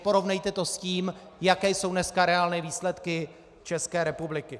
Porovnejte to s tím, jaké jsou dneska reálné výsledky České republiky.